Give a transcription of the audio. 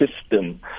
system